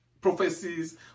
prophecies